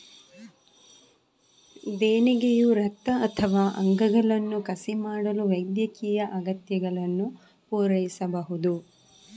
ದೇಣಿಗೆಯು ರಕ್ತ ಅಥವಾ ಅಂಗಗಳನ್ನು ಕಸಿ ಮಾಡಲು ವೈದ್ಯಕೀಯ ಅಗತ್ಯಗಳನ್ನು ಪೂರೈಸಬಹುದು